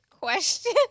Question